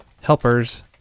helpers